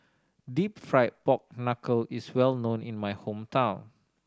Deep Fried Pork Knuckle is well known in my hometown